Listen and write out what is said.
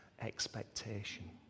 expectation